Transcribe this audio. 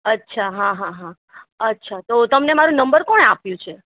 અચ્છા હા હા હા અચ્છા તો તમને મારો નંબર કોણે આપ્યો છે